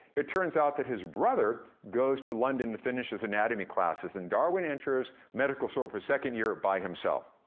it turns out that his brother goes to london to finish his anatomy classes, and darwin enters medical school so for a second year by himself.